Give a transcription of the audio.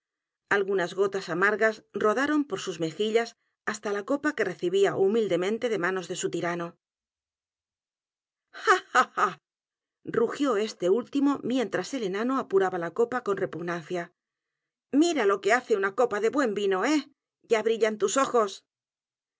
algunas gotas amargas rodaron por sus mejillas hasta la copa que recibía humildemente de manos de su tirano ja ja ja rugió este último mientras el enano apuraba la copa con repugnancia mira lo que hace una copa de buen vino e h ya brillan tus ojos